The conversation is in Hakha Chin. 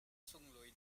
sunglawi